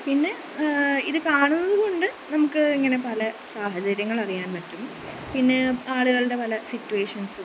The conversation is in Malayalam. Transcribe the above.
പിന്നെ ഇത് കാണുന്നതുകൊണ്ട് നമുക്ക് ഇങ്ങനെ പല സാഹചര്യങ്ങളറിയാന് പറ്റും പിന്നെ ആളുകളുടെ പല സിറ്റുവേഷന്സും